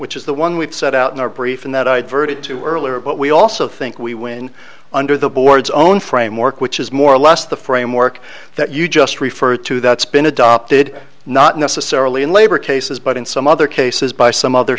which is the one we've set out in our brief and that i'd verted to earlier but we also think we win under the board's own framework which is more or less the framework that you just referred to that's been adopted not necessarily in labor cases but in some other cases by some other